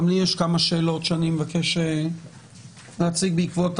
גם לי יש כמה שאלות שאני מבקש להציג בעקבות